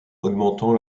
augmentant